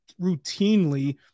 routinely